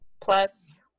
plus